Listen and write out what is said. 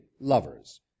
lovers